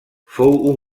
fou